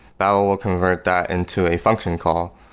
babel will convert that into a function call.